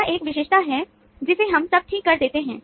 यह एक विशेषता है जिसे हम अब ठीक कर देते हैं